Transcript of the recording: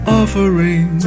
offering